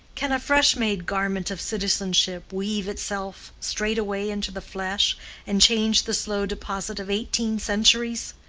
can a fresh-made garment of citizenship weave itself straightway into the flesh and change the slow deposit of eighteen centuries?